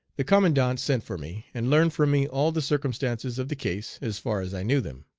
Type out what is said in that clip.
the commandant sent for me, and learned from me all the circumstances of the case as far as i knew them.